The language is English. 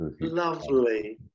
Lovely